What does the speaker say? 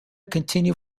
continue